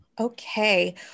Okay